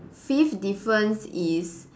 fifth difference is